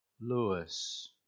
Lewis